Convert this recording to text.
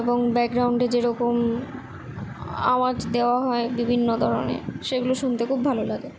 এবং ব্যাকগ্রাউন্ডে যে রকম আওয়াজ দেওয়া হয় বিভিন্ন ধরনের সেগুলো শুনতে খুব ভালো লাগে